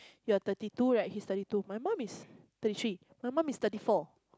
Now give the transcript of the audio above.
you're thirty two right he's thirty two my mum is thirty three my mom is thirty four